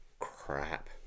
crap